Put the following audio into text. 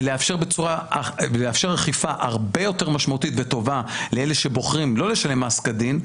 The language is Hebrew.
ולאפשר אכיפה הרבה יותר משמעותית וטובה לאלה שבוחרים לא לשלם מס כדין.